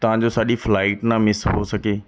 ਤਾਂ ਜੋ ਸਾਡੀ ਫਲਾਈਟ ਨਾ ਮਿਸ ਹੋ ਸਕੇ